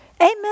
Amen